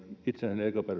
itsenäisen ekpn